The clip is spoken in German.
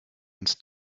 ins